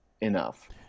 enough